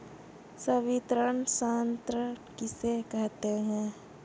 संवितरण शर्त किसे कहते हैं?